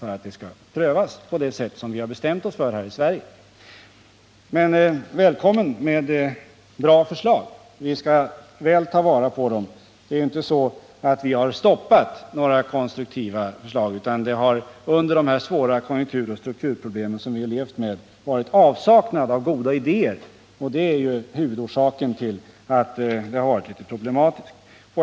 Vi kommer då att pröva den på det sätt som vi har bestämt oss för här i Sverige. Men välkommen med bra förslag! Vi skall väl ta vara på dem. Vi har ju inte stoppat några konstruktiva förslag, utan under de konjunkturoch struktursvårigheter som vi har levt med har just avsaknaden av goda idéer varit huvudorsaken till att det har varit litet problematiskt.